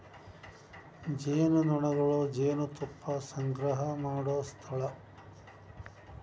ಜೇನುನೊಣಗಳು ಜೇನುತುಪ್ಪಾ ಸಂಗ್ರಹಾ ಮಾಡು ಸ್ಥಳಾ